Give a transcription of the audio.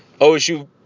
OSU